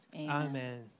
Amen